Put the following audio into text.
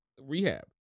rehab